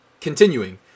continuing